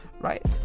Right